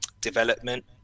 development